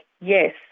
Yes